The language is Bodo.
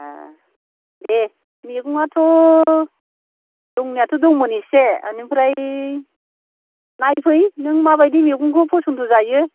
ए दे मैगंआथ' दंनायाथ' दंमोन एसे एनिफ्राय नायफै नों माबायदि मैगंखौ फसन्थ' जायो